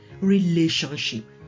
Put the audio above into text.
relationship